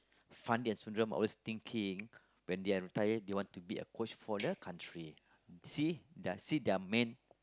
Fandi and Sundram always thinking when they are retire they want to be a coach for the country see they're see they're men